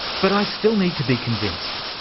but i still need to be convinced.